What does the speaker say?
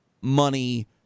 money